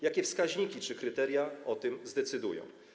Jakie wskaźniki czy kryteria o tym zdecydują?